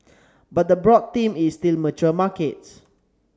but the broad theme is still mature markets